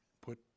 put